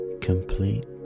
complete